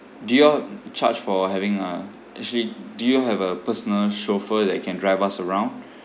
do you all charge for having a actually do you have a personal chauffeur that can drive us around